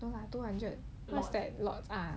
two hundred